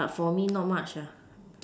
but for me not much ah